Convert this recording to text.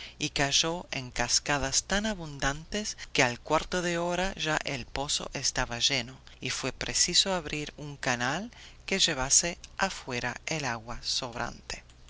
y cayó en cascadas tan abundantes que al cuarto de hora ya el pozo estaba lleno y fue preciso abrir un canal que llevase afuera el agua sobrante